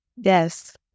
Yes